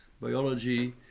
biology